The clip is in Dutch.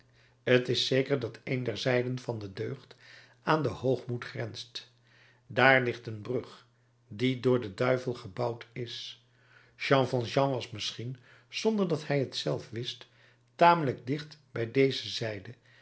t is zeker dat een der zijden van de deugd aan den hoogmoed grenst daar ligt een brug die door den duivel gebouwd is jean valjean was misschien zonder dat hij t zelf wist tamelijk dicht bij deze zijde